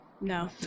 No